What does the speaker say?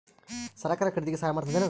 ಸರಕಾರ ಖರೀದಿಗೆ ಸಹಾಯ ಮಾಡ್ತದೇನು?